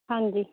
ਹਾਂਜੀ